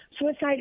Suicide